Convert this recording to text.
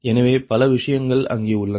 எனவே பல விஷயங்கள் அங்கே உள்ளன